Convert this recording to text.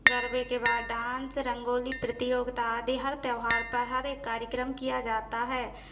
गरबे के बाद डांस रंगोली प्रतियोगिता आदि हर त्यौहार पर हर एक कार्यक्रम किया जाता है